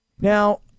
Now